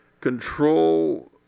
control